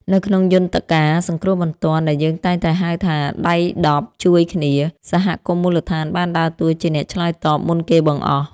នៅក្នុងយន្តការសង្គ្រោះបន្ទាន់ដែលយើងតែងតែហៅថា ដៃដប់ជួយគ្នា សហគមន៍មូលដ្ឋានបានដើរតួជាអ្នកឆ្លើយតបមុនគេបង្អស់។